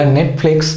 Netflix